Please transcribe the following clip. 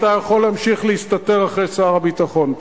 אתה יכול להמשיך להסתתר אחרי שר הביטחון.